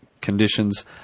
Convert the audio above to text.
conditions